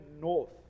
north